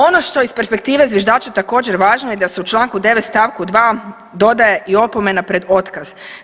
Ono što iz perspektive zviždača je također važno je da se u Članku 9. Stavku 2. dodaje i opomena pred otkaz.